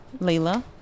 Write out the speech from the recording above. Layla